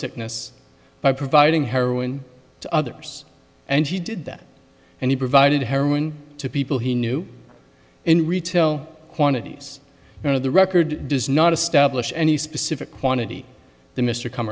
sickness by providing heroin to others and he did that and he provided heroin to people he knew in retail quantities of the record does not establish any specific quantity the mr come